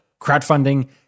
crowdfunding